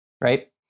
right